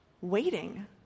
waiting